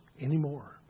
anymore